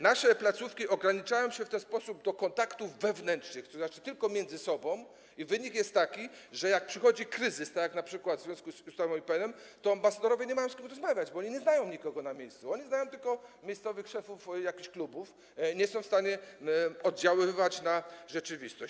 Nasze placówki ograniczają się w ten sposób do kontaktów wewnętrznych, tzn. tylko między sobą, i wynik jest taki, że jak przychodzi kryzys, tak jak np. w związku z ustawą o IPN, to ambasadorowie nie mają z kim rozmawiać, bo oni nie znają nikogo na miejscu, oni znają tylko miejscowych szefów jakichś klubów, nie są w stanie oddziaływać na rzeczywistość.